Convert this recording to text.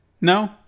No